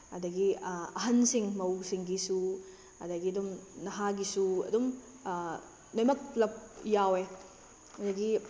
ꯑꯗꯨꯗꯒꯤ ꯑꯍꯜꯁꯤꯡ ꯃꯧꯁꯤꯡꯒꯤꯁꯨ ꯑꯗꯨꯗꯒꯤ ꯑꯗꯨꯝ ꯅꯍꯥꯒꯤꯁꯨ ꯑꯗꯨꯝ ꯂꯣꯏꯅꯃꯛ ꯄꯨꯂꯞ ꯌꯥꯎꯏ ꯑꯗꯨꯗꯒꯤ